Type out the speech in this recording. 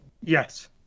Yes